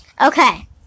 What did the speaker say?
Okay